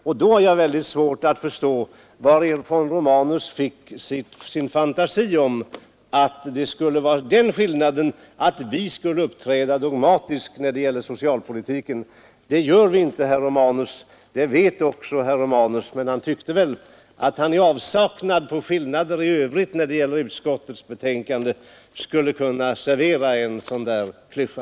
Därför har jag också mycket svårt att förstå varifrån herr Romanus fick sin fantasiingivelse att skillnaden i förhållande till oss skulle vara att vi uppträder dogmatiskt när det gäller socialpolitiken. Det gör vi inte, och det vet herr Romanus. Men han tyckte väl att han i avsaknad av skillnader i övrigt i uppfattningen av utskottets betänkande skulle kunna servera en sådan klyscha.